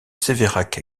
sévérac